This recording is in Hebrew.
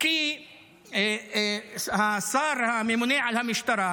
כי השר הממונה על המשטרה,